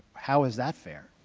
how is that fair?